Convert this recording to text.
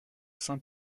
saint